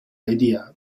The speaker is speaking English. idea